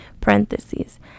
Parentheses